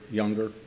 younger